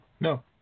No